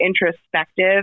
introspective